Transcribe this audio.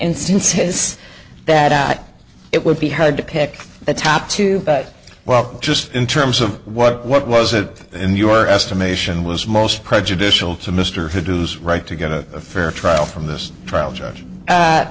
instances that out it would be hard to pick the top two but well just in terms of what what was it in your estimation was most prejudicial to mr hood who's right to get a fair trial from th